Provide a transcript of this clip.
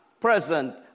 present